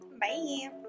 Bye